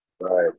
Right